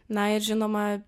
na ir žinoma